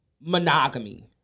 monogamy